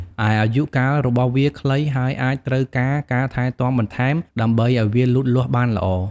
ឯអាយុកាលរបស់វាខ្លី ហើយអាចត្រូវការការថែទាំបន្ថែមដើម្បីឲ្យវាលូតលាស់បានល្អ។